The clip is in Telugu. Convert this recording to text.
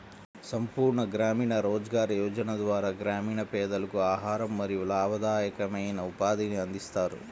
సంపూర్ణ గ్రామీణ రోజ్గార్ యోజన ద్వారా గ్రామీణ పేదలకు ఆహారం మరియు లాభదాయకమైన ఉపాధిని అందిస్తారు